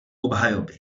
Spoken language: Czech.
obhajoby